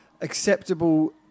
acceptable